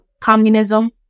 communism